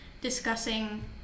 discussing